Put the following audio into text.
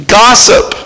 gossip